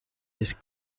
his